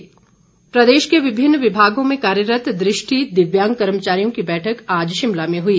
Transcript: दिव्यांग प्रदेश के विभिन्न विभागों में कार्यरत दृष्टि दिव्यांग कर्मचारियों की बैठक आज शिमला में हुई